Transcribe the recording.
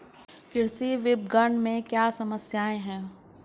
कृषि विपणन में क्या समस्याएँ हैं?